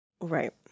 Right